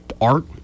art